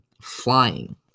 Flying